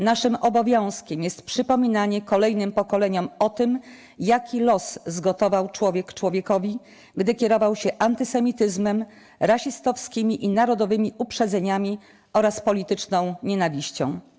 Naszym obowiązkiem jest przypominanie kolejnym pokoleniom o tym, jaki los zgotował człowiekowi człowiek, gdy kierował się antysemityzmem, rasistowskimi i narodowymi uprzedzeniami oraz polityczną nienawiścią.